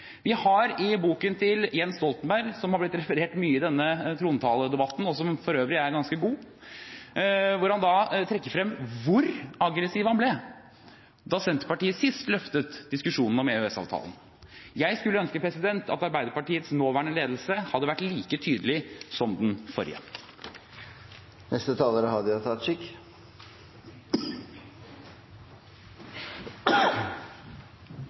Vi har lest i boken til Jens Stoltenberg – som det har blitt referert mye fra i denne trontaledebatten, og som for øvrig er ganske god – at han trekker frem hvor aggressiv han ble da Senterpartiet sist løftet diskusjonen om EØS-avtalen. Jeg skulle ønske at Arbeiderpartiets nåværende ledelse hadde vært like tydelig som den forrige.